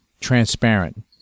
transparent